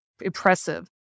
impressive